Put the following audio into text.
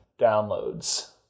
downloads